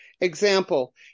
Example